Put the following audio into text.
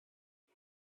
her